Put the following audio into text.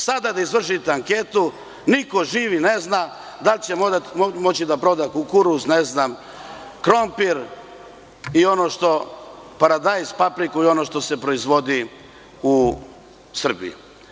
Sada da izvršite anketu niko živi ne zna da li će moći da proda kukuruz, ne znam, krompir, paradajz, papriku i ono što se proizvodi u Srbiji.